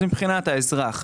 מבחינת האזרח,